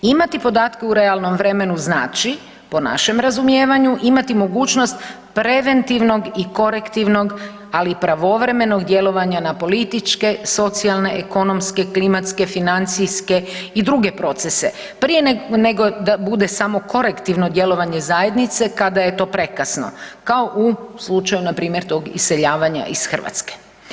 Imati podatke u realnom vremenu znači po našem razumijevanju imati mogućnosti preventivnog i korektivnog, ali i pravovremenog djelovanja na političke, socijalne, ekonomske, klimatske, financijske i druge procese, prije nego da bude samo korektivno djelovanje zajednice kada je to prekasno, kao u slučaju npr. tog iseljavanja iz Hrvatske.